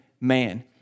man